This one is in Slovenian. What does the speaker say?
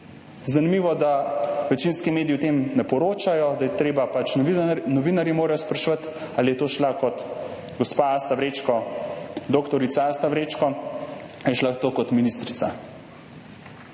Zanimivo, da večinski mediji o tem ne poročajo, da morajo novinarji spraševati, ali je to šla kot gospa Asta Vrečko, dr. Asta Vrečko ali je šla to kot ministrica.